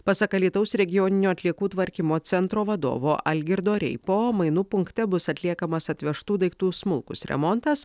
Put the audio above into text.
pasak alytaus regioninio atliekų tvarkymo centro vadovo algirdo reipo mainų punkte bus atliekamas atvežtų daiktų smulkus remontas